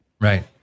Right